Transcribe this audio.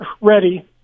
ready